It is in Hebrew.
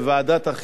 מהיום,